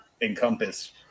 encompass